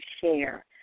share